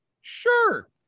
Sure